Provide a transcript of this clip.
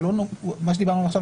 מה שדיברנו עכשיו,